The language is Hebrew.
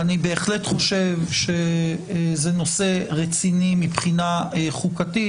אני בהחלט חושב שזה נושא רציני מבחינה חוקתית,